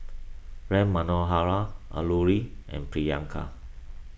Ram Manohar Alluri and Priyanka